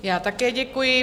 Já také děkuji.